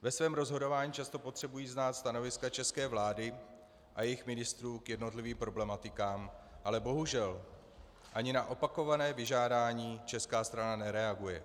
Ve svém rozhodování často potřebují znát stanoviska české vlády a jejích ministrů k jednotlivým problematikám, ale bohužel ani na opakované vyžádání česká strana nereaguje.